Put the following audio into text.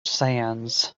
sands